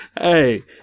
Hey